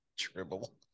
Tribble